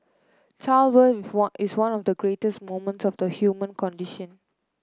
childbirth if one is one of the greatest moments of the human condition